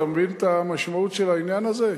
אתה מבין את המשמעות של העניין הזה?